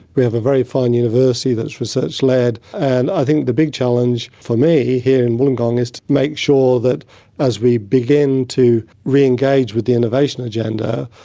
we have a very fine university that is research led. and i think the big challenge for me here in wollongong is to make sure that as we begin to re-engage with the innovation agenda,